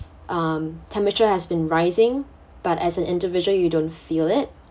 um temperature has been rising but as an individual you don't feel it